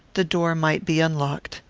the door might be unlocked.